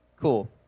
Cool